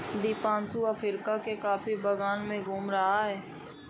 Deepanshu Africa के coffee बागान में घूम रहा है